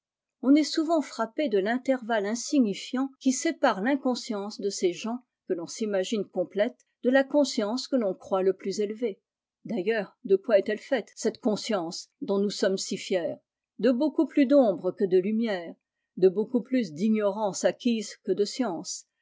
on est souvent frappé de l'intervalle insignifiant qui sépare l'inconscience de ces gens que l'on s'imagine complète de la conscience que l'on croit le plus élevée d'ailleurs de quoi est-elle faite cette conscience dont nous sommes si fiers de beaucoup plus d'ombre que de lumière de beaucoup plus d'ignorance acquise que de science